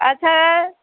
अच्छा